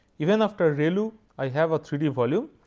even after relu i have a three d volume,